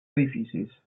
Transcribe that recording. edificis